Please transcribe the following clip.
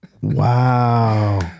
Wow